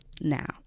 Now